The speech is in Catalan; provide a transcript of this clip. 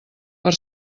per